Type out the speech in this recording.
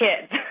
kids